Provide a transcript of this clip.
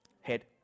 head